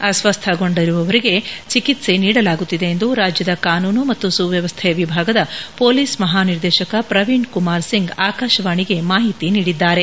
ಅಸ್ವಸ್ಥಗೊಂಡಿರುವವರಿಗೆ ಚಿಕಿತ್ವೆ ನೀಡಲಾಗುತ್ತಿದೆ ಎಂದು ರಾಜ್ಯದ ಕಾನೂನು ಮತ್ತು ಸುವ್ಯವಸ್ಥೆ ವಿಭಾಗದ ಪೊಲೀಸ್ ಮಹಾನಿರ್ದೇಶಕ ಪ್ರವೀಷ್ ಕುಮಾರ್ ಸಿಂಗ್ ಆಕಾಶವಾಣಿಗೆ ಮಾಹಿತಿ ನೀಡಿದ್ದಾರೆ